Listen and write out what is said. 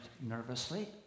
nervously